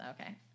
okay